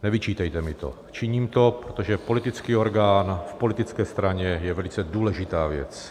Nevyčítejte mi to, činím to, protože politický orgán v politické straně je velice důležitá věc.